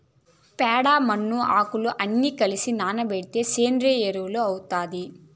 ప్యాడ, మన్ను, ఆకులు అన్ని కలసి నానబెడితే సేంద్రియ ఎరువు అవుతాది